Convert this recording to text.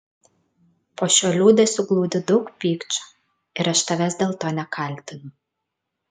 po šiuo liūdesiu glūdi daug pykčio ir aš tavęs dėl to nekaltinu